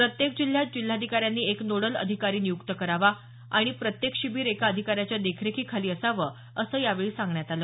प्रत्येक जिल्ह्यात जिल्हाधिकाऱ्यांनी एक नोडल अधिकारी नियुक्त करावा आणि प्रत्येक शिबीर एका अधिकाऱ्याच्या देखरेखीखाली असावं असं यावेळी सांगण्यात आलं